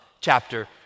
chapter